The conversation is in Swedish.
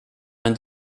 men